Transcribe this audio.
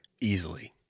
easily